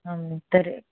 आं तर्